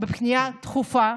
בפנייה דחופה,